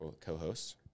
co-hosts